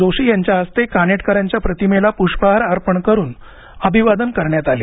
जोशी यांच्या हस्ते कानेटकरांच्या प्रतिमेला पुष्पहार अर्पण करून अभिवादन करण्यात आले